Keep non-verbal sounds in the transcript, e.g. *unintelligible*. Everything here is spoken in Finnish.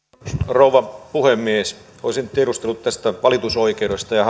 rouva puhemies olisin tiedustellut tästä valitusoikeudesta ja *unintelligible*